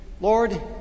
Lord